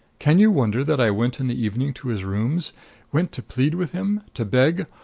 can you wonder that i went in the evening to his rooms went to plead with him to beg,